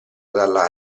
dalla